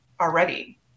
already